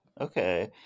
Okay